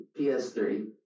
PS3